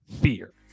Fear